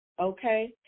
okay